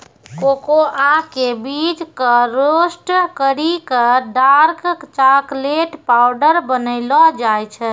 cocoa के बीज कॅ रोस्ट करी क डार्क चाकलेट पाउडर बनैलो जाय छै